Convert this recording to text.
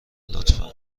لطفا